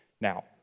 Now